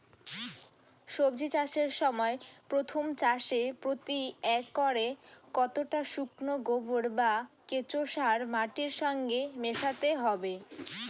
সবজি চাষের সময় প্রথম চাষে প্রতি একরে কতটা শুকনো গোবর বা কেঁচো সার মাটির সঙ্গে মেশাতে হবে?